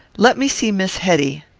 let me see miss hetty.